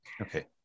Okay